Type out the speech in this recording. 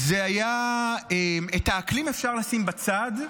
את האקלים אפשר לשים בצד,